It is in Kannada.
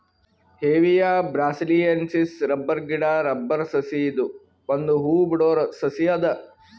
ಹೆವಿಯಾ ಬ್ರಾಸಿಲಿಯೆನ್ಸಿಸ್ ರಬ್ಬರ್ ಗಿಡಾ ರಬ್ಬರ್ ಸಸಿ ಇದು ಒಂದ್ ಹೂ ಬಿಡೋ ಸಸಿ ಅದ